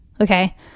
Okay